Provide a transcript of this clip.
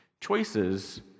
choices